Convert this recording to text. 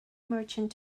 merchant